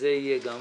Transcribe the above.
וזה יהיה גם